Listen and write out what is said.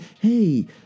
Hey